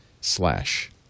slash